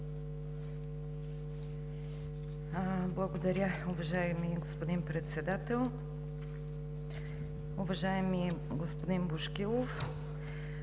Благодаря, уважаеми господин Председател. Уважаеми господин Бошкилов!